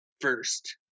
first